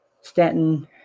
Stanton